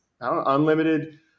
unlimited